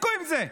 תפסיקו עם זה.